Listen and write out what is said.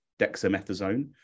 dexamethasone